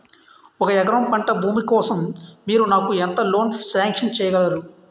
ఒక ఎకరం పంట భూమి కోసం మీరు నాకు ఎంత లోన్ సాంక్షన్ చేయగలరు?